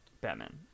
batman